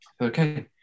okay